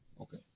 okay